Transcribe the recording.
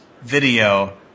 video